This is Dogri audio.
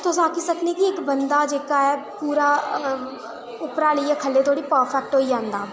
तुस आक्खी सकने कि इक बंदा जेह्का ऐ पूरा उप्परा लेइयै खल्लै धोड़ी परफैक्ट होई जंदा